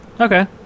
okay